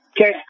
Okay